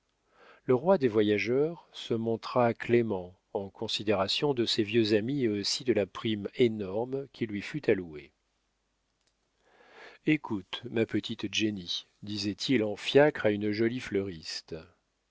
le roi des voyageurs se montra clément en considération de ses vieux amis et aussi de la prime énorme qui lui fut allouée écoute ma petite jenny disait-il en fiacre à une jolie fleuriste